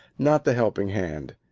not the helping hand,